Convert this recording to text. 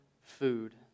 food